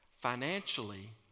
Financially